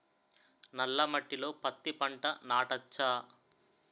నల్ల మట్టిలో పత్తి పంట నాటచ్చా?